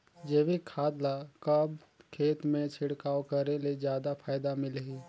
जैविक खाद ल कब खेत मे छिड़काव करे ले जादा फायदा मिलही?